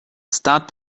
start